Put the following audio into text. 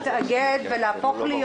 אני לא אתן לשום דבר